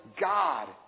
God